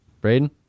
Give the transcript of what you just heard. Braden